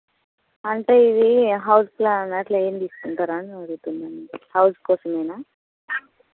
అంటే ఇది house plan అట్లా ఏం తీసుకుంటరా అని అడుగుతున్నాను హౌస్ కోసమేనా